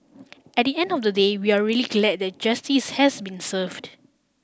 at the end of the day we are really glad that justice has been served